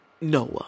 Noah